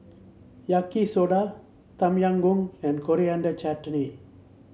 Yaki Soda Tom Yam Goong and Coriander Chutney